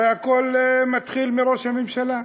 הרי הכול מתחיל מראש הממשלה.